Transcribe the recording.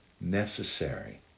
necessary